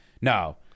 No